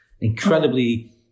incredibly